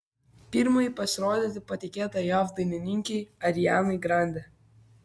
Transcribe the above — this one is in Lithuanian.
pirmajai pasirodyti patikėta jav dainininkei arianai grande